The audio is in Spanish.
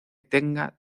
tenga